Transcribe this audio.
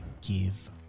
give